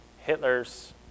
Hitler's